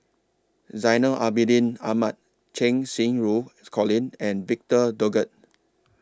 Zainal Abidin Ahmad Cheng Xinru Colin and Victor Doggett